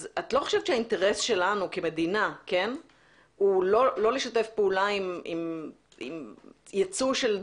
את לא חושבת שהאינטרס שלנו כמדינה הוא לא לשתף פעולה עם יצוא של דברים.